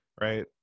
Right